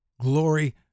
Glory